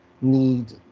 need